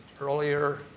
earlier